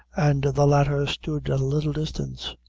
and the latter stood at a little distance.